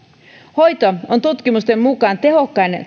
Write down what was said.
hoito on tutkimusten mukaan tehokkain